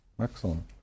Excellent